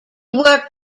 worked